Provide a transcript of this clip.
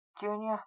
Junior